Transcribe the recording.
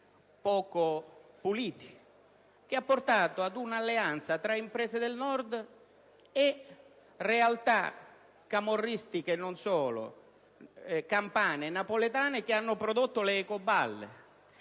poco puliti, che ha portato ad una alleanza tra imprese del Nord e realtà camorristiche (e non solo) campane e napoletane che hanno prodotto le ecoballe.